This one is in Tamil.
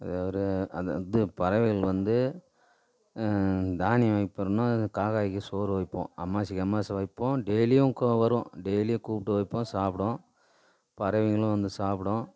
அதாவது ஒரு அந்த இது பறவைகள் வந்து தானியம் வைப்பனா காக்காவுக்கு சோறு வைப்போம் அமாவாசிக்கு அமாவாச வைப்போம் டெய்லியும் வரும் டெய்லியும் கூப்பிட்டு வைப்போம் சாப்பிடும் பறவைகளும் வந்து சாப்பிடும்